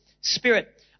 spirit